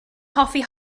hoffi